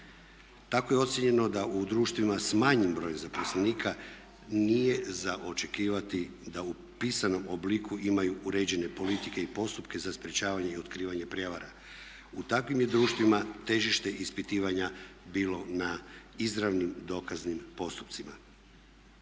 Tako je ocijenjeno da u društvima s manjim brojem zaposlenika nije za očekivati da u pisanom obliku imaju uređene politike i postupke za sprječavanje i otkrivanje prijevara. U takvim je društvima težište ispitivanja bilo na izravnim dokaznim postupcima.